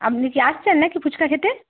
আপনি কি আসছেন নাকি ফুচকা খেতে